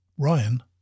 Ryan